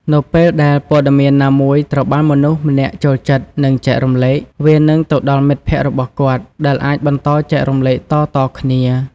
នៅពេលដែលព័ត៌មានណាមួយត្រូវបានមនុស្សម្នាក់ចូលចិត្ត និងចែករំលែក វានឹងទៅដល់មិត្តភក្តិរបស់គាត់ ដែលអាចបន្តចែករំលែកតៗគ្នា។